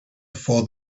for